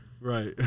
Right